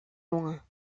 loin